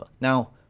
now